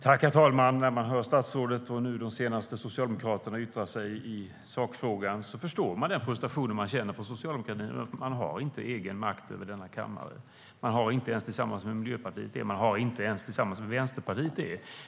Herr talman! När man hör statsrådet och Socialdemokraterna yttra sig i sakfrågan förstår jag den frustration som man känner inom socialdemokratin. Man har inte egen makt i denna kammare. Inte ens tillsammans med Miljöpartiet eller Vänsterpartiet har man det.